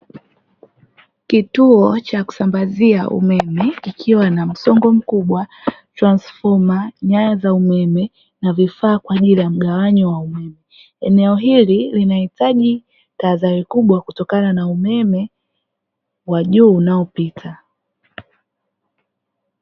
Kituo cha kusambazia umeme kikiwa na msongo mkubwa, transfoma, nyaya za umeme na vifaa kwaajili ya mgawanyo wa umeme. Eneo hili linahitaji taadhari kubwa kutokana na umeme wa juu unaopita.